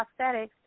prosthetics